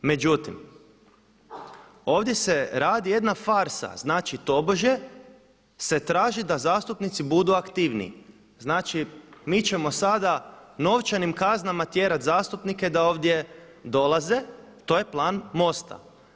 Međutim, ovdje se radi jedna farsa, znači tobože se traži da zastupnici budu aktivniji, znači mi ćemo sada novčanim kaznama tjerati zastupnike da ovdje dolaze to je plan MOST-a.